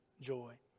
joy